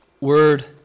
Word